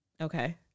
Okay